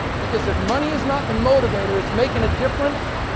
because if money is not the motivator, it's making a difference,